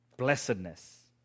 blessedness